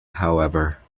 however